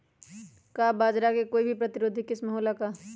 का बाजरा के कोई प्रतिरोधी किस्म हो ला का?